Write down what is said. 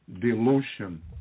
delusion